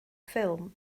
ffilm